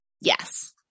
yes